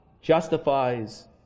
justifies